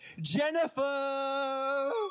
Jennifer